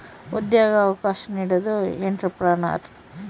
ಉದ್ಯೋಗ ಅವಕಾಶ ನೀಡೋದು ಎಂಟ್ರೆಪ್ರನರ್